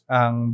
ang